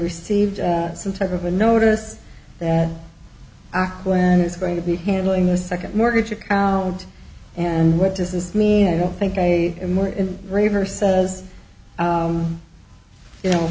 received some type of a notice that plan is going to be handling this second mortgage account and what does this mean i don't think i am more in raver says you know